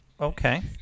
Okay